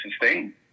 sustain